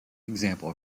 example